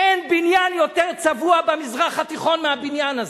אין בניין יותר צבוע במזרח התיכון מהבניין הזה.